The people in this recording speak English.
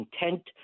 intent